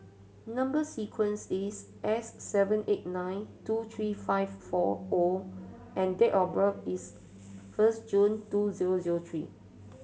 number sequence is S seven eight nine two three five four O and date of birth is first June two zero zero three